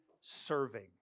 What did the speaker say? serving